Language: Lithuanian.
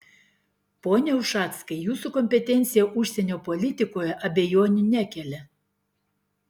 pone ušackai jūsų kompetencija užsienio politikoje abejonių nekelia